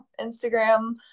instagram